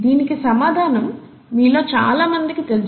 దీనికి సమాధానం మీలో చాలామందికి తెలుసు